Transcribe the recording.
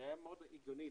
זה היה מאוד הגיוני,